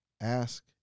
Ask